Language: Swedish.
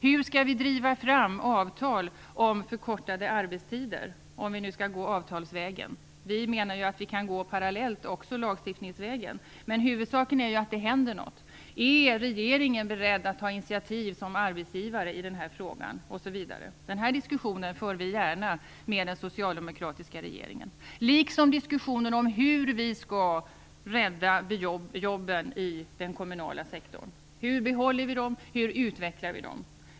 Hur skall vi driva fram avtal om förkortade arbetstider, om vi nu skall gå avtalsvägen? Vi menar att vi parallellt också kan gå lagstiftningsvägen. Huvudsaken är att det händer något. Är regeringen beredd att ta initiativ som arbetsgivare i denna fråga? Denna diskussion för vi gärna med den socialdemokratiska regeringen, liksom diskussionen om hur vi skall rädda jobben i den kommunala sektorn. Hur behåller vi dem? Hur utvecklar vi dem?